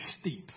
steep